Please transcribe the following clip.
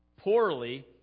poorly